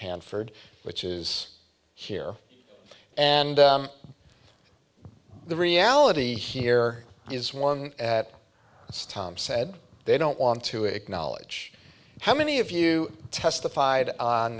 hanford which is here and the reality here is one at this time said they don't want to acknowledge how many of you testified on